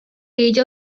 age